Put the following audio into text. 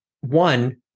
one